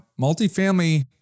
multifamily